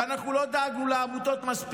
ואנחנו לא דאגנו מספיק לעמותות.